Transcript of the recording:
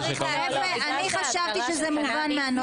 אני חשבתי שזה מובן מהנוסח.